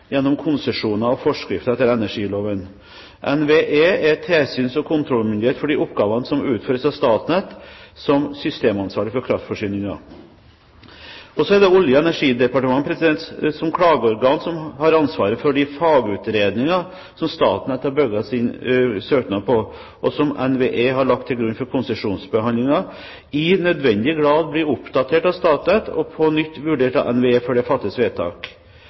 gjennom konsesjoner og forskrifter etter energiloven. NVE er tilsyns- og kontrollmyndighet for de oppgavene som utføres av Statnett som systemansvarlig for kraftforsyningen. Olje- og energidepartementet har som klageorgan ansvaret for at de fagutredninger som Statnett har bygd sin søknad på, og som NVE har lagt til grunn for konsesjonsbehandlingen, i nødvendig grad blir oppdatert av Statnett og på nytt vurdert av NVE før det fattes vedtak.